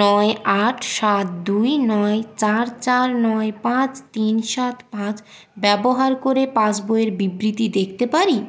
নয় আট সাত দুই নয় চার চার নয় পাঁচ তিন সাত পাঁচ ব্যবহার করে পাসবইয়ের বিবৃতি দেখতে পারি